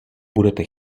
budete